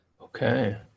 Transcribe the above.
okay